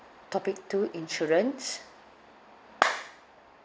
topic two insurance